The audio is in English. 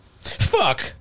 Fuck